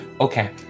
Okay